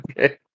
okay